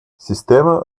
система